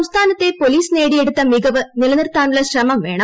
സംസ്ഥാനത്തെ പോലീസ് നേടിയെടുത്ത മികവ് നിലനിർത്താനുള്ള ശ്രമം വേണം